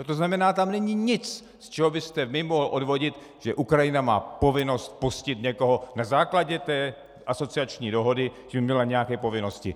To znamená, tam není nic, z čeho byste vy mohl odvodit, že Ukrajina má povinnost pustit někoho na základě té asociační dohody, že by měla nějaké povinnosti.